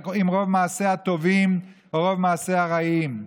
אם רוב מעשיה טובים או רוב מעשיה רעים.